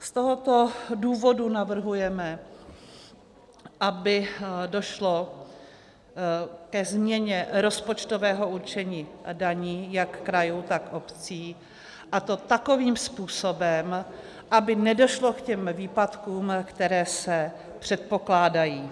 Z tohoto důvodu navrhujeme, aby došlo ke změně rozpočtového určení daní jak krajů, tak obcí, a to takovým způsobem, aby nedošlo k těm výpadkům, které se předpokládají.